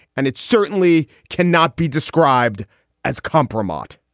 and it certainly cannot be described as compromise at.